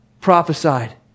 prophesied